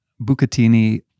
Bucatini